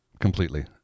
completely